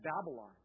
Babylon